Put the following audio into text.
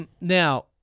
Now